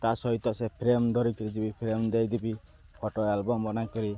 ତା ସହିତ ସେ ଫ୍ରେମ୍ ଧରିକିରି ଯିବି ଫ୍ରେମ୍ ଦେଇଦେବି ଫଟୋ ଆଲବମ୍ ବନାକରି